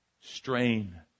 strain